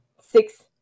six